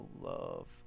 love